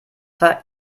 war